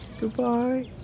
Goodbye